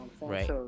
right